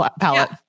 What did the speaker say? palette